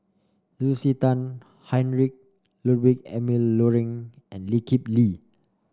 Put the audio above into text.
Lucy Tan Heinrich Ludwig Emil Luering and Lee Kip Lee